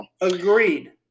Agreed